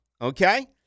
okay